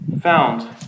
found